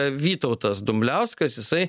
vytautas dumbliauskas jisai